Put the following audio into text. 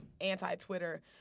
anti-Twitter